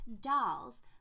dolls